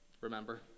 Remember